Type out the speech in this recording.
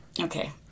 Okay